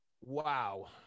Wow